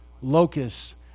locusts